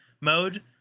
mode